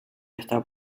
esta